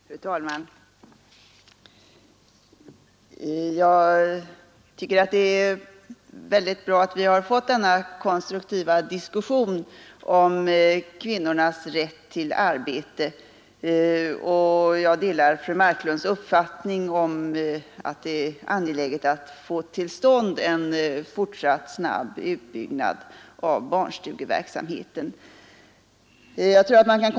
Fru talman! Jag tycker att det är väldigt bra att vi har fått denna konstruktiva diskussion om kvinnornas rätt till arbete, och jag delar fru Marklunds uppfattning att det är angeläget att få till stånd en fortsatt snabb utbyggnad av barnstugeverksamheten.